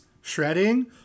shredding